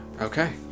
Okay